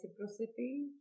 reciprocity